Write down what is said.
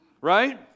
right